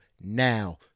now